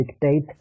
dictate